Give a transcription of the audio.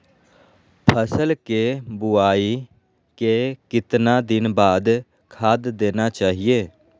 फसल के बोआई के कितना दिन बाद खाद देना चाइए?